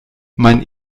mein